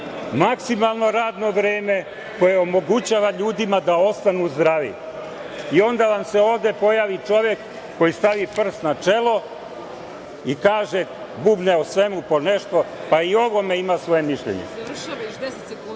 maksimalno radno vreme koje omogućava ljudima da ostanu zdravi. Onda vam se ovde pojavi čovek koji stavi prst na čelo i kaže, bubne o svemu po nešto, pa i o ovome ima svoje mišljenje. Na kraju, to i